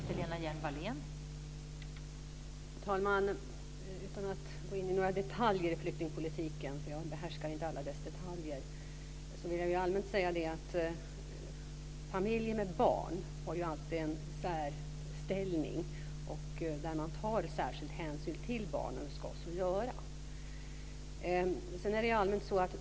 Fru talman! Utan att gå in i detalj i flyktingpolitiken - jag behärskar inte alla dess detaljer - vill jag allmänt säga att familjer med barn har alltid en särställning. Man tar särskild hänsyn till barnen och ska så göra.